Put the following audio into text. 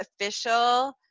official